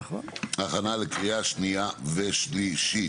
הכנה לקריאה שנייה ושלישית.